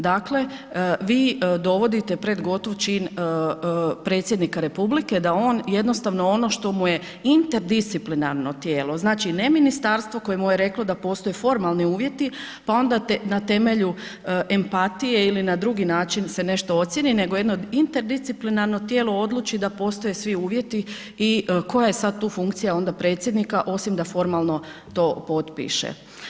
Dakle, vi dovodite pred gotov čin Predsjednika Republike da on jednostavno ono što mu je interdisciplinarno tijelo, znači ne ministarstvo koje mu je reklo da postoje formalni uvjeti pa onda na temelju empatije ili na drugi način se nešto ocijeni nego jedno interdisciplinarno tijelo odluči da postoje svi uvjeti i koja je sad tu funkcija onda Predsjednika osim da formalno potpiše?